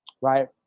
Right